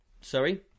Sorry